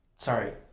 Sorry